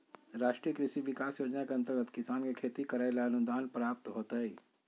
राष्ट्रीय कृषि विकास योजना के अंतर्गत किसान के खेती करैले अनुदान प्राप्त होतय